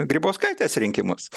grybauskaitės rinkimus